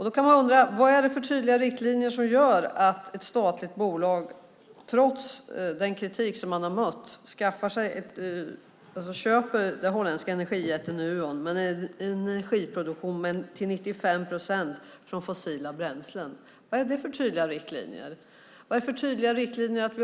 Då kan man undra vad det är för tydliga riktlinjer som gör att ett statligt bolag trots den kritik det har mött köper den holländska energijätten Nuon med en energiproduktion som till 95 procent kommer från fossila bränslen. Vad är det för tydliga riktlinjer?